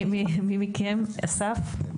אסף.